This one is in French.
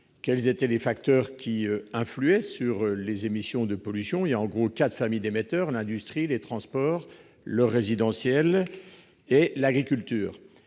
quels étaient les facteurs influant sur les émissions de polluants. Il y a en gros quatre familles d'émetteurs : l'industrie, les transports, le secteur résidentiel et l'agriculture.